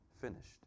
finished